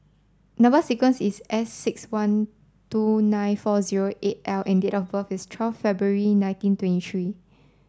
number sequence is S six one two nine four zero eight L and date of birth is twelve February nineteen twenty three